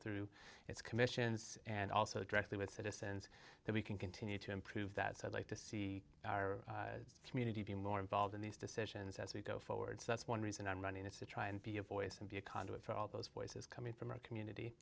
through its commissions and also directly with citizens that we can continue to improve that so i'd like to see our community be more involved in these decisions as we go forward so that's one reason i'm running is to try and be a voice and be a conduit for all those voices coming from our community